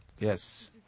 Yes